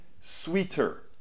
sweeter